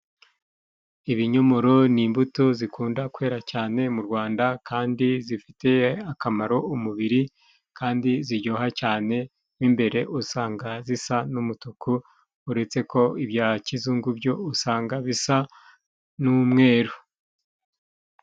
Ibinyomoro ni imbuto zikunda kwera cyane mu Rwanda kandi zifitiye akamaro umubiri kandi ziryoha cyane mwo imbere usanga zisa n'umutuku uretse ko ibya kizungu byo usanga bisa n'umweru.